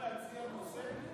אפשר להציע נושא,